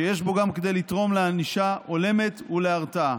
שיש בו גם כדי לתרום לענישה הולמת ולהרתעה.